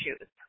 issues